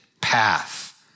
path